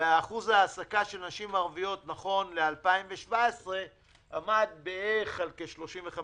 ואחוז העסקה של נשים ערביות נכון ל-2017 עמד בערך על כ-35%.